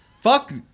Fuck